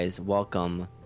welcome